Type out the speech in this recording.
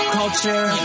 culture